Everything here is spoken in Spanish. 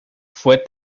fue